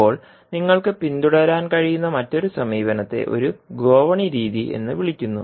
ഇപ്പോൾ നിങ്ങൾക്ക് പിന്തുടരാൻ കഴിയുന്ന മറ്റൊരു സമീപനത്തെ ഒരു ഗോവണി രീതി എന്ന് വിളിക്കുന്നു